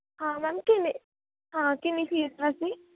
ਹਾਂ ਮੈਮ ਕਿਵੇਂ ਹਾਂ ਕਿੰਨੀ ਫੀਸ ਹੈ ਜੀ